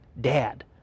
dad